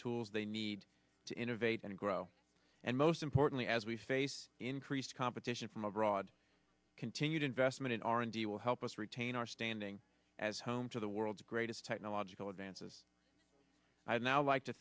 tools they need to innovate and grow and most importantly as we face increased competition from abroad continued investment in r and d will help us retain our standing as home to the world's greatest technological advances i'd now like to